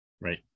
Right